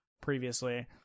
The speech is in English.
previously